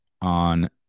on